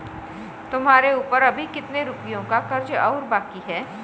तुम्हारे ऊपर अभी कितने रुपयों का कर्ज और बाकी है?